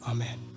Amen